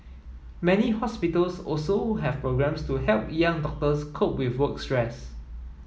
many hospitals also have programmes to help young doctors cope with work stress